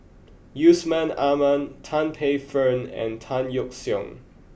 Yusman Aman Tan Paey Fern and Tan Yeok Seong